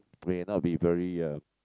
will not be very uh